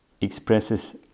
expresses